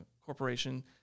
corporation